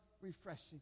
refreshing